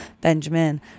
Benjamin